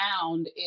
found